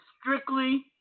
strictly